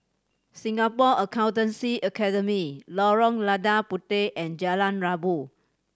Singapore Accountancy Academy Lorong Lada Puteh and Jalan Rabu